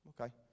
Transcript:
Okay